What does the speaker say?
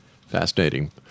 Fascinating